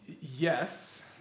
Yes